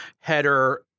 header